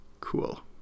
cool